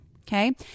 Okay